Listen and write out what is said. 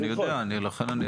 לדחות.